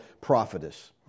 prophetess